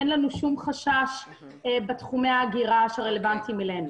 אין לנו כל חשש בתחומי ההגירה שרלוונטיים אלינו.